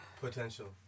potential